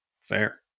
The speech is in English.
Fair